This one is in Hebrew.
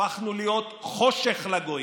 הפכנו להיות חושך לגויים.